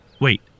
Wait